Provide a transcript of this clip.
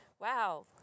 Wow